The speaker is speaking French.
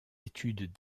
études